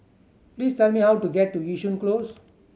please tell me how to get to Yishun Close